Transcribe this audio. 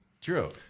True